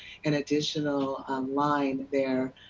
an additional line there,